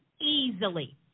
easily